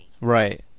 Right